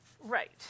Right